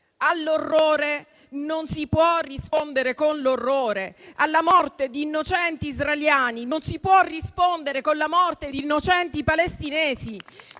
All'orrore non si può rispondere con l'orrore; alla morte di innocenti israeliani non si può rispondere con la morte di innocenti palestinesi.